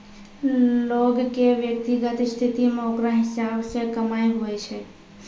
लोग के व्यक्तिगत स्थिति मे ओकरा हिसाब से कमाय हुवै छै